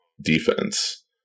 defense